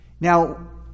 Now